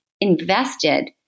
invested